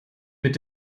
mit